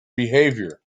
behavior